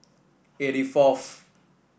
eighty fourth